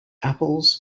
apples